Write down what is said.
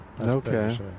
Okay